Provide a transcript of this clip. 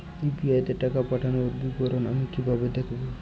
UPI তে পাঠানো টাকার বিবরণ আমি কিভাবে দেখবো?